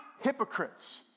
hypocrites